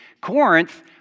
Corinth